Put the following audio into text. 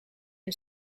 een